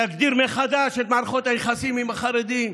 להגדיר מחדש את מערכות היחסים עם החרדים.